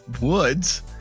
woods